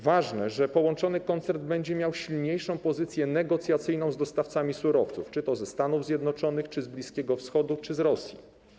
Ważne, że połączony koncern będzie miał silniejszą pozycję negocjacyjną w odniesieniu do dostawców surowców - czy to ze Stanów Zjednoczonych, czy z Bliskiego Wschodu, czy z Rosji.